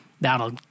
That'll